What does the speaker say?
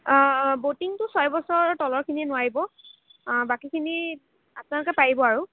ব'টিঙটো ছয় বছৰ তলৰখিনিয়ে নোৱাৰিব বাকীখিনি আপোনালোকে পাৰিব আৰু